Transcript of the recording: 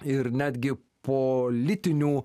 ir netgi politinių